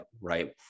right